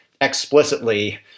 explicitly